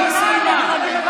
היא סיימה.